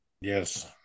Yes